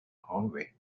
hallway